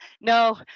no